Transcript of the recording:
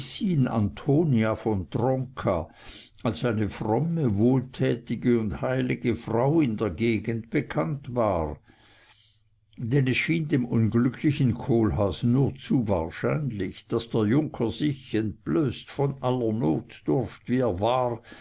antonia von tronka als eine fromme wohltätige und heilige frau in der gegend bekannt war denn es schien dem unglücklichen kohlhaas nur zu wahrscheinlich daß der junker sich entblößt von aller notdurft wie er war